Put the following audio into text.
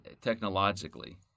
technologically